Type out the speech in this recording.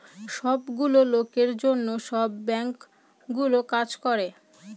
সব গুলো লোকের জন্য সব বাঙ্কগুলো কাজ করে